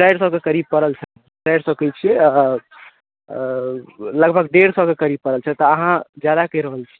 चारि सए कऽ करीब पड़ल चारि सए कहैत छियै लगभग डेढ़ सए के करीब पड़ल छलए तऽ अहाँ ज्यादा कहि रहल छियै